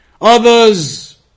Others